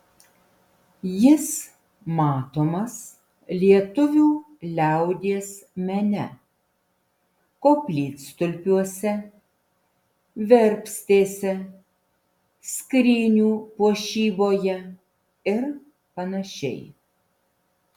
jis matomas lietuvių liaudies mene koplytstulpiuose verpstėse skrynių puošyboje ir panašiai